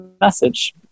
message